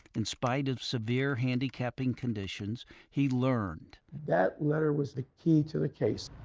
in spite of severe handicapping conditions he learned. that letter was the key to the case.